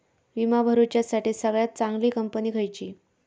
विमा भरुच्यासाठी सगळयात चागंली कंपनी खयची?